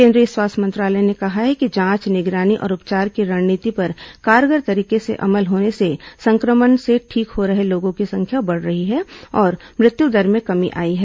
केंद्रीय स्वास्थ्य मंत्रालय ने कहा है कि जांच निगरानी और उपचार की रणनीति पर कारगर तरीके से अमल होने से संक्रमण से ठीक हो रहे लोगों की संख्या बढ़ रही है और मृत्यु दर में कमी आई है